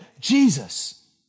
Jesus